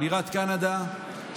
בירת קנדה,